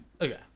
Okay